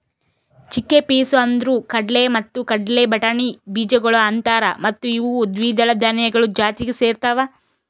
chickpeas ಅಂದುರ್ ಕಡಲೆ ಮತ್ತ ಕಡಲೆ ಬಟಾಣಿ ಬೀಜಗೊಳ್ ಅಂತಾರ್ ಮತ್ತ ಇವು ದ್ವಿದಳ ಧಾನ್ಯಗಳು ಜಾತಿಗ್ ಸೇರ್ತಾವ್